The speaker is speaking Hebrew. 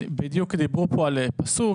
דיברו פה על פסוק,